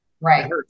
Right